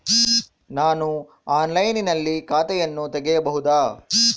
ನಾನು ಆನ್ಲೈನಿನಲ್ಲಿ ಖಾತೆಯನ್ನ ತೆಗೆಯಬಹುದಾ?